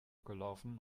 gelaufen